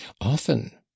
often